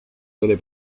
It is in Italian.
delle